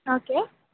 okay